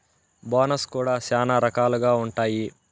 bonus కూడా శ్యానా రకాలుగా ఉంటాయి